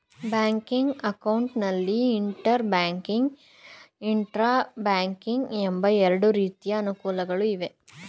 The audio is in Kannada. ಬ್ಯಾಂಕಿಂಗ್ ಅಕೌಂಟ್ ನಲ್ಲಿ ಇಂಟರ್ ಬ್ಯಾಂಕಿಂಗ್, ಇಂಟ್ರಾ ಬ್ಯಾಂಕಿಂಗ್ ಎಂಬ ಎರಡು ರೀತಿಯ ಅನುಕೂಲಗಳು ಇವೆ